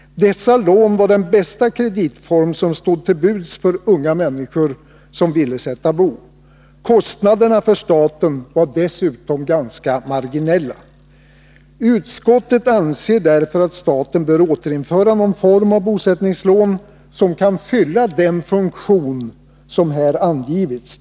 Dessa lån var den bästa kreditform som stod till buds för unga människor som ville sätta bo. Kostnaderna för staten var dessutom ganska marginella. Utskottet anser därför att staten bör återinföra någon form av bosättningslån som kan fylla den funktion som här angivits.